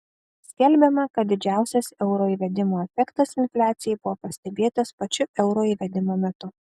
skelbiama kad didžiausias euro įvedimo efektas infliacijai buvo pastebėtas pačiu euro įvedimo metu